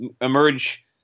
emerge